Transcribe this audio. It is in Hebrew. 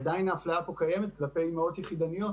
עדין האפליה קיימת פה כלפי אימהות יחידניות